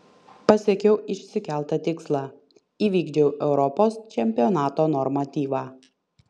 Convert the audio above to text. pasiekiau išsikeltą tikslą įvykdžiau europos čempionato normatyvą